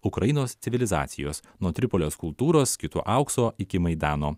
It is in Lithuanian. ukrainos civilizacijos nuo tripolio kultūros skitų aukso iki maidano